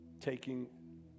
taking